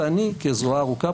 ואני כזרועה הארוכה,